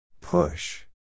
Push